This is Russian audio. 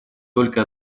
только